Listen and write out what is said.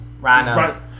Rhino